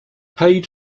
paid